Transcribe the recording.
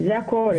זה הכול.